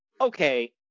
Okay